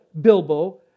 Bilbo